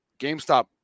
GameStop